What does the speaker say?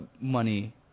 money